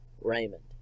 Raymond